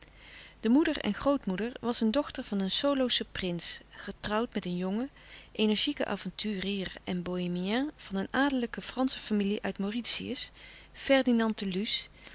europeesch verkeer de moeder en groot moeder was een dochter van een soloschen prins getrouwd met een jongen energieken avonturier en bohémien van een adellijke fransche familie uit mauritius ferdinand